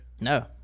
No